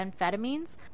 amphetamines